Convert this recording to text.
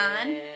on